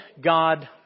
God